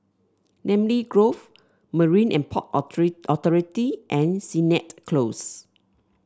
Namly Grove Marine And Port Authority and Sennett Close